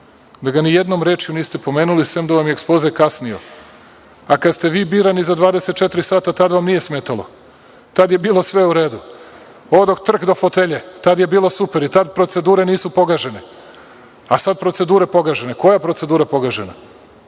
da ga ni jednom rečju niste pomenuli, sem da vam je ekspoze kasnio. Kada ste vi birani za 24 sata, tada vam nije smetalo, tada je bilo sve u redu. Odoh trk do fotelje, tada je bilo super i tada procedure nisu pogažene, sa da procedure pogažene. Koja je procedura pogažena?